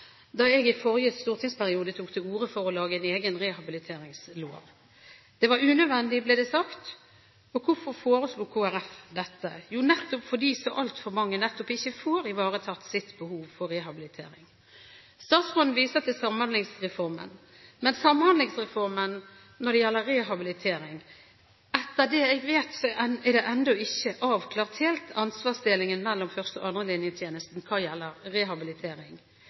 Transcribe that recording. da jeg, sammen med andre, i forrige stortingsperiode tok til orde for å få laget en egen rehabiliteringslov. Det var unødvendig, ble det sagt. Hvorfor foreslo Kristelig Folkeparti dette? Jo, det var fordi altfor mange ikke fikk ivaretatt sitt behov for rehabilitering. Statsråden viser til Samhandlingsreformen. Men når det gjelder Samhandlingsreformen, er – etter det jeg vet – ansvarsdelingen mellom førstelinjetjenesten og andrelinjetjenesten ennå ikke helt avklart